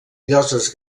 lloses